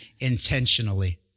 intentionally